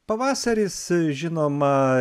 pavasaris žinoma